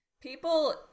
People